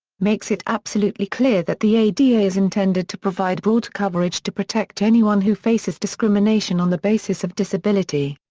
makes it absolutely clear that the ada is intended to provide broad coverage to protect anyone who faces discrimination on the basis of disability.